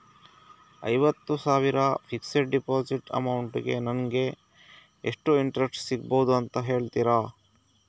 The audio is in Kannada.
ಐವತ್ತು ಸಾವಿರ ಫಿಕ್ಸೆಡ್ ಡೆಪೋಸಿಟ್ ಅಮೌಂಟ್ ಗೆ ನಂಗೆ ಎಷ್ಟು ಇಂಟ್ರೆಸ್ಟ್ ಸಿಗ್ಬಹುದು ಅಂತ ಹೇಳ್ತೀರಾ?